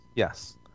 Yes